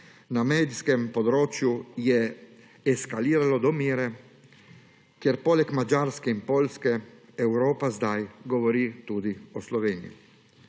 na medijskem področju je eskaliralo do mere, kjer poleg Madžarske in Poljske Evropa zdaj govori tudi o Sloveniji.